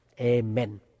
Amen